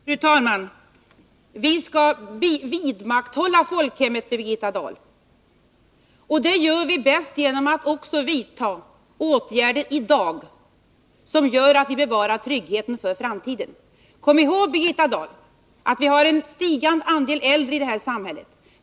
Fru talman! Vi skall vidmakthålla folkhemmet, Birgitta Dahl. Det gör vi bäst genom att i dag vidta åtgärder som gör att vi bevarar tryggheten för framtiden. Kom ihåg att vi har en stigande andel äldre i vårt samhälle!